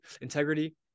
integrity